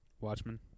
Watchmen